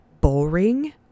boring